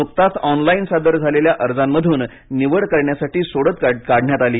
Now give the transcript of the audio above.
नुकताच ऑनलाईन सादर झालेल्या अर्जांमधून निवड करण्यासाठी सोडत काढण्यात आली